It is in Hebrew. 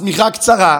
השמיכה קצרה,